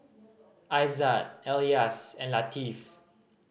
Aizat Elyas and Latif